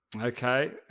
Okay